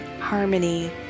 harmony